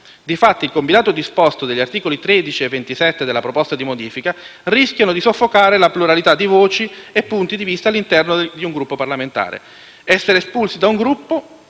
Infatti, il combinato disposto degli articoli 13 e 27 della proposta di modifica rischia di soffocare la pluralità di voci e punti di vista all'interno di un Gruppo parlamentare: essere espulsi da un Gruppo,